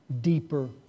deeper